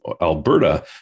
Alberta